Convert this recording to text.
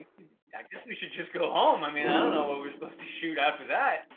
we should just go home, i mean, i don't know what we're supposed to shoot after that.